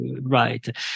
Right